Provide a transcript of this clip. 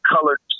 colored